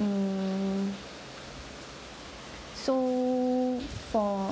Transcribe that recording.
um so for